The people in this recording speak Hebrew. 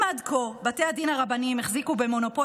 אם עד כה בתי הדין הרבניים החזיקו במונופול